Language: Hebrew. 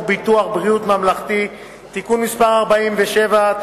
ביטוח בריאות ממלכתי (תיקון מס' 47),